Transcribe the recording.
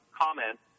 comment